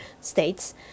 states